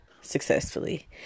successfully